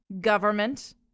government